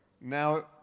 Now